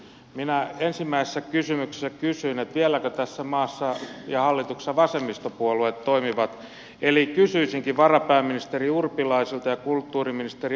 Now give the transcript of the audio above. minä ensimmäisessä kysymyksessäni kysyin vieläkö tässä maassa ja hallituksessa vasemmistopuolueet toimivat eli kysyisinkin varapääministeri urpilaiselta ja kulttuuriministeri arhinmäeltä